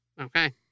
Okay